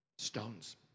Stones